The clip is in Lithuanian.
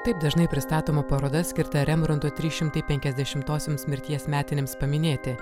taip dažnai pristatoma paroda skirta rembranto trys šimtai penkiasdešimtosioms mirties metinėms paminėti